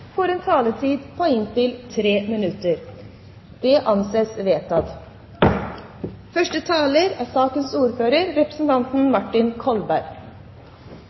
får en taletid på inntil 3 minutter. – Det anses vedtatt. Den meldingen vi har til behandling her i dag, er